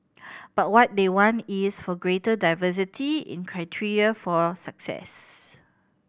but what they want is for greater diversity in criteria for success